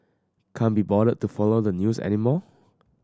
can't be bothered to follow the news anymore